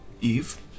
Eve